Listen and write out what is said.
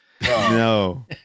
no